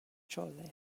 chole